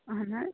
اَہن حظ